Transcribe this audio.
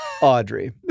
Audrey